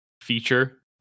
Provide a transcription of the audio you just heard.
feature